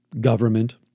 government